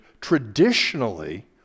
traditionally